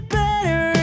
better